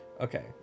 Okay